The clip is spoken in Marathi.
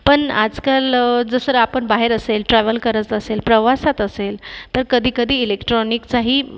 पण आजकाल जसंर आपण बाहेर असेल ट्रॅव्हल करत असेल प्रवासात असेल तर कधीकधी इलेक्ट्रॉनिकचाही